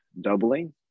doubling